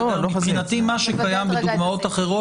מבחינתי מה שקיים בדוגמאות אחרות,